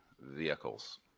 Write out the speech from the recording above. vehicles